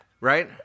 right